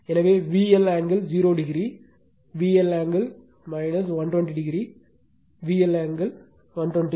எனவே VL angle 0o VL angle 120o VL angle 120